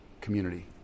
community